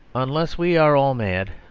unless we are all mad,